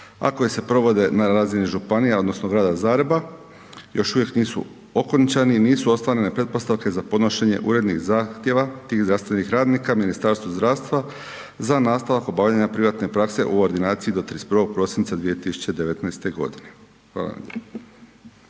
koji se provode na razini županija odnosno Grada Zagreba još uvijek nisu okončani i nisu ostvarene pretpostavke za podnošenje urednih zahtjeva tih zdravstvenih radnika Ministarstvu zdravstva za nastavak obavljanja privatne prakse u ordinaciji do 31. prosinca 2019. godine. Hvala